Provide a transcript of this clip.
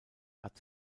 hat